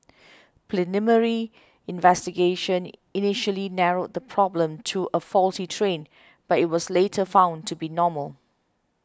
preliminary investigation initially narrowed the problem to a a faulty train but it was later found to be normal